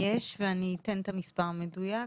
יש ואני אתן את המספר המדויק.